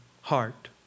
heart